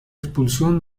expulsión